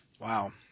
Wow